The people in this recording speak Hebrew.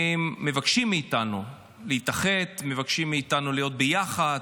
מבקשים מאיתנו להתאחד, מבקשים מאיתנו להיות ביחד,